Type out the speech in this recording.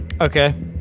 okay